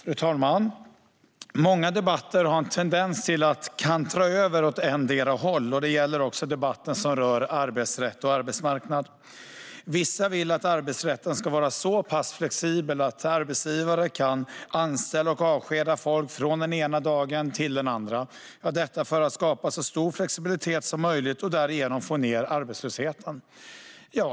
Fru talman! Många debatter har en tendens att kantra över åt ettdera hållet. Det gäller också debatten som rör arbetsrätt och arbetsmarknad. Vissa vill att arbetsrätten ska vara så pass flexibel att arbetsgivare kan anställa och avskeda folk från den ena dagen till den andra - detta för att skapa så stor flexibilitet som möjligt och därigenom få ned arbetslösheten.